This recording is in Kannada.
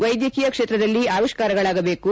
ವೈದ್ಯಕೀಯ ಕ್ಷೇತ್ರದಲ್ಲಿ ಅವಿಷ್ಠಾರಗಳಾಗಬೇಕು